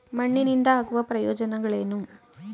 ಮಣ್ಣಿನಿಂದ ಆಗುವ ಪ್ರಯೋಜನಗಳೇನು?